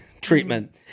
treatment